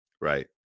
right